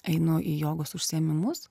einu į jogos užsiėmimus